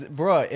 bro